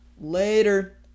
Later